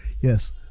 yes